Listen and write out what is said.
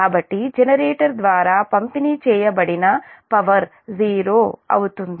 కాబట్టి జనరేటర్ ద్వారా పంపిణీ చేయబడిన పవర్ '0' అవుతుంది